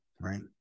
right